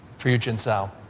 for you jianzhou